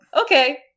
okay